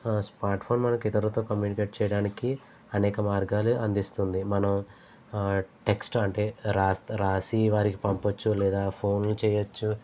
smart phone మనకి ఇతరులతో communicate చేయడానికి అనేక మార్గాలు అందిస్తుంది మనం టెక్స్ట్ అంటే రాస్తా రాసి వారికీ పంపచ్చు లేదా ఫోన్లు చెయ్యచ్చు